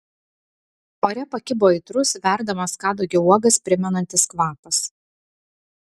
ore pakibo aitrus verdamas kadagio uogas primenantis kvapas